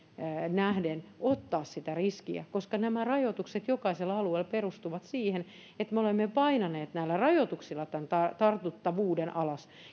nähden ottaa sitä riskiä koska nämä rajoitukset jokaisella alueella perustuvat siihen että me olemme painaneet näillä rajoituksilla tämän tartuttavuuden alas